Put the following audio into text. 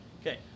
Okay